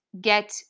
get